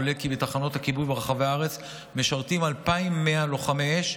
עולה כי בתחנות הכיבוי ברחבי הארץ משרתים 2,100 לוחמי אש,